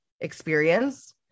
experience